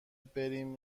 بریم